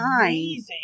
amazing